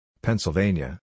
Pennsylvania